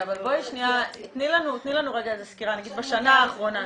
אבל בואי שניה תני לנו סקירה על השנה האחרונה.